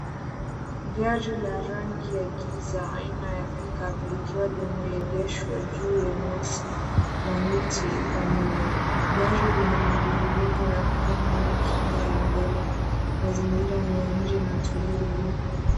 Gari la rangi ya giza aina ya Pick-Up likiwa limegeshwa juu ya nyasi na miti iko nyuma. Gari lina magurudumu ya krumu na kinga ya mbele. Mazingira ni ya nje na tulivu.